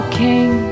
king